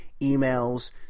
emails